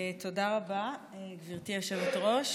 תודה רבה, גברתי היושבת-ראש.